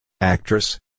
Actress